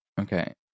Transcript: Okay